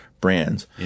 brands